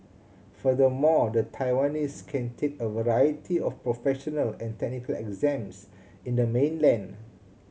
furthermore the Taiwanese can take a variety of professional and technical exams in the mainland